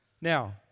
Now